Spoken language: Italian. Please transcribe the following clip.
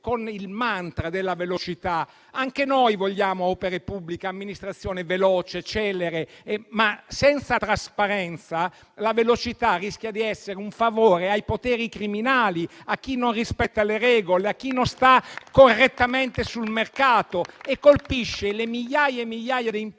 il mantra della velocità: anche noi vogliamo le opere pubbliche, un'amministrazione veloce e celere, soltanto che, senza trasparenza, la velocità rischia di essere un favore ai poteri criminali, a chi non rispetta le regole, a chi non sta correttamente sul mercato e colpisce le migliaia di imprese